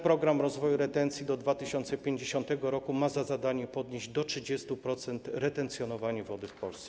Program rozwoju retencji do 2050 r. ma za zadanie podnieść do 30% retencjonowanie wody w Polsce.